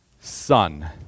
son